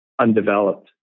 undeveloped